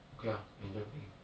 okay ah enjoy playing